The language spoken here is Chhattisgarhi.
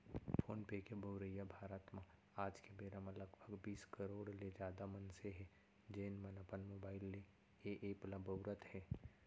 फोन पे के बउरइया भारत म आज के बेरा म लगभग बीस करोड़ ले जादा मनसे हें, जेन मन अपन मोबाइल ले ए एप ल बउरत हें